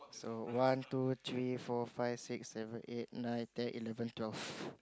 so one two three four five six seven eight nine ten eleven twelve